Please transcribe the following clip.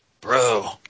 Bro